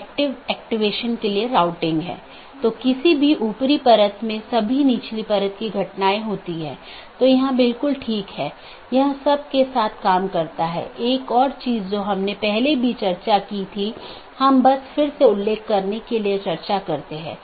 यह feature BGP साथियों को एक ही विज्ञापन में कई सन्निहित रूटिंग प्रविष्टियों को समेकित करने की अनुमति देता है और यह BGP की स्केलेबिलिटी को बड़े नेटवर्क तक बढ़ाता है